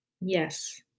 Yes